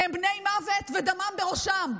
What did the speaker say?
הם בני מוות ודמם בראשם.